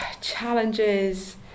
challenges